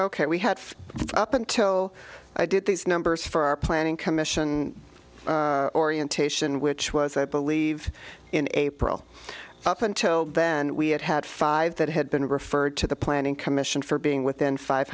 ok we had up until i did these numbers for our planning commission orientation which was i believe in april up until then we had had five that had been referred to the planning commission for being within five